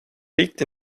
liegt